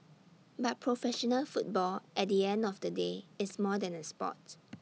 but professional football at the end of the day is more than A Sport